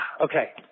Okay